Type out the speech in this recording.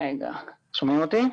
שומעים אותי?